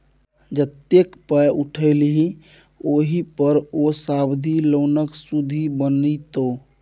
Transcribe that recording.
जतेक पाय उठेलही ओहि पर ओ सावधि लोनक सुदि बनितौ